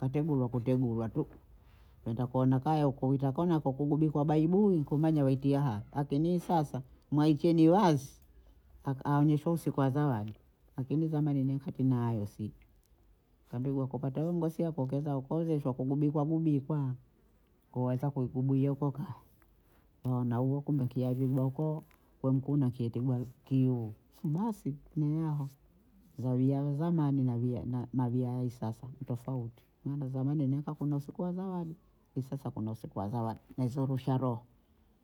kategulwa kutegulwa tu wenda kuona kaya ukauliza mbona hakugubikwa baibui kumanya waitie aha, lakini sasa mwaicheni wazi aonyweshwe usiku wa zawadi, lakini zamani ne katina hayo si, kambigwa kupata we mgosi wako keeza kuozeshwa kugubikwagubikwa, ko haza ku- kubwiya ukokaa, meona uko kumpikia viboko wamkuna kiti bwana kiu, basi niaha si, zayuju ya zamani na via- na viazi sasa ni tofauti maana ni kakuna usiku wa zawadi akini sasa kuna usiku wa zawadi na ziye rusha roho